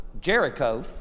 Jericho